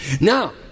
Now